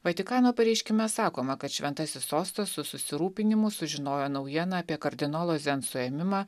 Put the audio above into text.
vatikano pareiškime sakoma kad šventasis sostas su susirūpinimu sužinojo naujieną apie kardinolo zen suėmimą